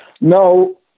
No